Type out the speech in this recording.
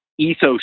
Ethos